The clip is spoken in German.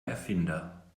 erfinder